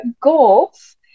goals